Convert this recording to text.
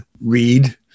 read